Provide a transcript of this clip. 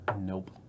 Nope